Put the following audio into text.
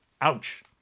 Ouch